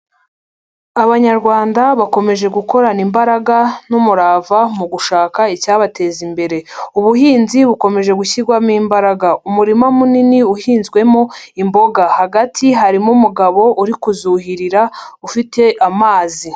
Abanyarwanda bakomeje gukorana imbaraga n'umurava mu gushaka icyabateza imbere. Ubuhinzi bukomeje gushyirwamo imbaraga. Umurima munini uhinzwemo imboga. Hagati harimo umugabo uri kuzuhirira ufite amazi.